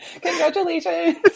Congratulations